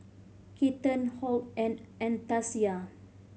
Keaton Hoyt and Anastacia